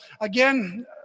again